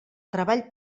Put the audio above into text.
treball